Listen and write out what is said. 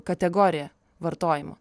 kategorija vartojimo